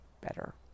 better